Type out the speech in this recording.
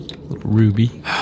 Ruby